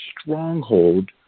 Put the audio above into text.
stronghold